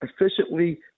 efficiently